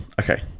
okay